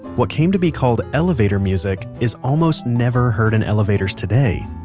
what came to be called elevator music is almost never heard in elevators today.